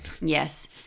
Yes